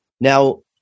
Now